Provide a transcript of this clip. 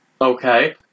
Okay